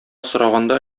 сораганда